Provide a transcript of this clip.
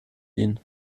ihn